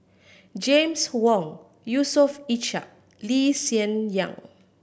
James Wong Yusof Ishak Lee Hsien Yang